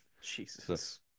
Jesus